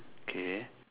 okay